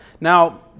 Now